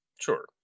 sure